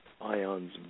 ION's